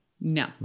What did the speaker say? No